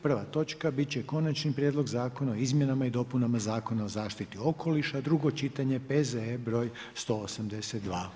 Prva točka bit će Konačni prijedlog zakona o izmjenama i dopunama Zakona o zaštiti okoliša, drugo čitanje, P.Z.E. br. 182.